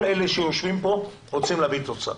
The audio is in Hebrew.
כל אלה שיושבים כאן רוצים להביא תוצאה.